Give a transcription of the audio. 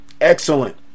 Excellent